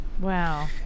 wow